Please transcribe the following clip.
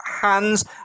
hands